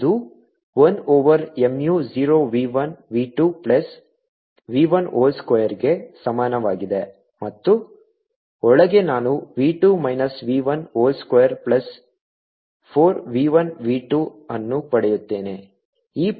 ಇದು 1 over mu 0 v 1 v 2 plus v 1 whole ಸ್ಕ್ವೇರ್ಗೆ ಸಮಾನವಾಗಿದೆ ಮತ್ತು ಒಳಗೆ ನಾನು v 2 minus v 1 whole square plus 4 v 1 v 2 ಅನ್ನು ಪಡೆಯುತ್ತೇನೆ